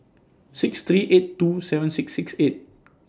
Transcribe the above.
six three eight two seven six six eight